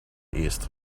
east